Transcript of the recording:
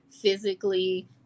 physically